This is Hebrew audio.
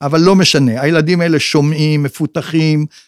אבל לא משנה, הילדים האלה שומעים, מפותחים.